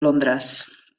londres